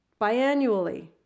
biannually